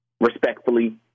respectfully